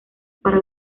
para